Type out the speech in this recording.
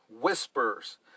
whispers